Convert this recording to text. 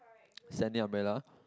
sandy umbrella